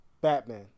Batman